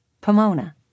Pomona